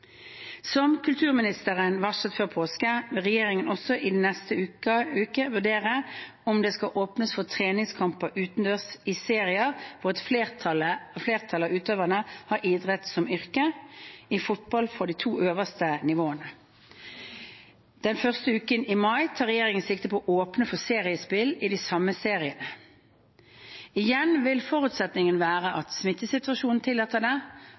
Som kulturministeren varslet før påske, vil regjeringen også i neste uke vurdere om det skal åpnes for treningskamper utendørs i serier hvor et flertall av utøverne har idretten som yrke, i fotball for de to øverste nivåene. Den første uken i mai tar regjeringen sikte på å åpne for seriespill i de samme seriene. Igjen vil forutsetningen være at smittesituasjonen tillater det,